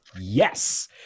Yes